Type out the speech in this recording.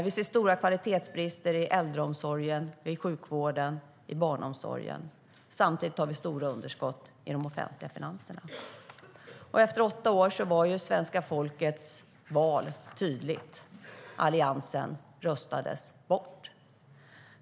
Vi ser stora kvalitetsbrister i äldreomsorgen, sjukvården och barnomsorgen. Samtidigt har vi stora underskott i de offentliga finanserna. Efter åtta år var svenska folkets val också tydligt. Alliansen röstades bort.